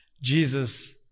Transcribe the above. Jesus